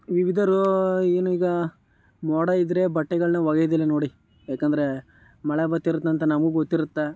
ಏನೀಗ ಮೋಡ ಇದ್ದರೆ ಬಟ್ಟೆಗಳನ್ನು ಒಗೆಯೋದಿಲ್ಲ ನೋಡಿ ಯಾಕಂದರೆ ಮಳೆ ಬರ್ತಿರುತ್ತಂತ ನಮಗೆ ಗೊತ್ತಿರುತ್ತಾ